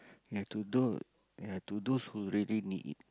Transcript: ya to though ya to those who really need it